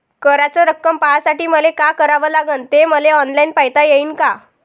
कराच रक्कम पाहासाठी मले का करावं लागन, ते मले ऑनलाईन पायता येईन का?